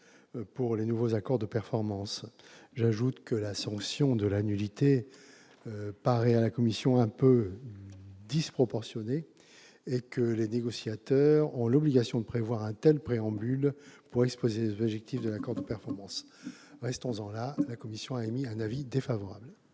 pour les nouveaux accords de performance. J'ajoute que la sanction de la nullité me paraît quelque peu disproportionnée et que les négociateurs ont l'obligation de prévoir un tel préambule pour exposer les objectifs de l'accord de performance. Restons-en là ! La commission émet donc un avis défavorable